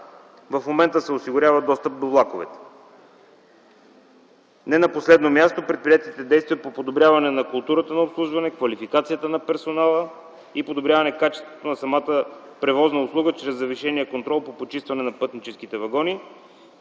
в момента се осигурява достъп до влаковете. Не на последно място, предприети са действия за подобряване културата на обслужването, квалификацията на персонала, подобряване качеството на самата превозна услуга чрез завишения контрол за почистването на пътническите вагони,